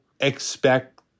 expect